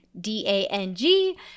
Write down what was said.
D-A-N-G